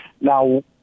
Now